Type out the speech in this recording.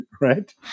right